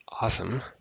awesome